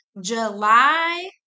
July